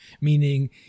meaning